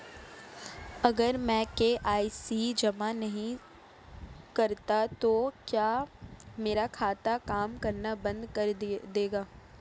अगर मैं के.वाई.सी जमा नहीं करता तो क्या मेरा खाता काम करना बंद कर देगा?